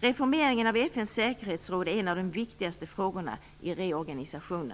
Reformeringen av FN:s säkerhetsråd är en av de viktigaste frågorna i reorganisationen.